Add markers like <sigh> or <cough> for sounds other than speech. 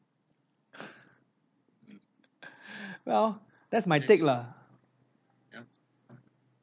<laughs> well that's my take lah